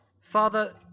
Father